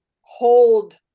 hold